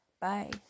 Bye